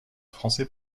français